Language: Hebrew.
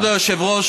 כבוד היושב-ראש,